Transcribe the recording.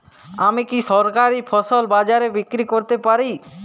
আমি কি সরাসরি ফসল বাজারে বিক্রি করতে পারি?